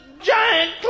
giant